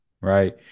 right